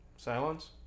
Silence